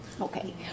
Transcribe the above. Okay